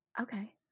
okay